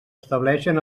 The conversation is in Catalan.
estableixen